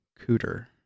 Cooter